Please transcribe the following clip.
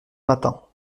matin